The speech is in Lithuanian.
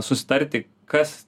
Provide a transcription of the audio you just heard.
susitarti kas